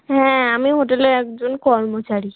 হ্যাঁ আমি হোটেলের একজন কর্মচারী